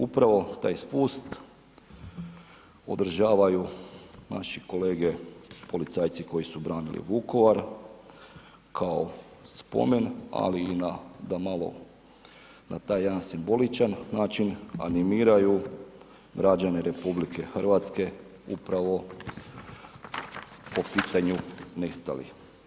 Upravo taj spust održavaju naši kolege policajci koji su branili Vukovar kao spomen, ali i na da malo na taj jedan simboličan način animiraju građane Republike Hrvatske upravo po pitanju nestalih.